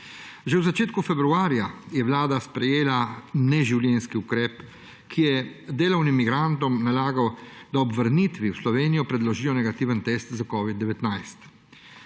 Že v začetku februarja je Vlada sprejela neživljenjski ukrep, ki je delovnim migrantom nalagal, da ob vrnitvi v Slovenijo predložijo negativen test na covid-19.